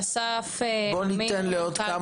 בוא ניתן לעוד כמה,